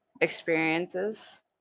experiences